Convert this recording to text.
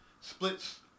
splits